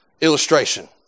illustration